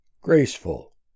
graceful